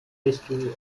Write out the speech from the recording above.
history